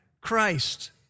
Christ